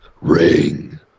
Ring